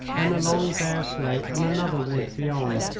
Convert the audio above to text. then a long, bare slope, and another wood beyond.